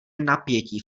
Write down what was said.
napětí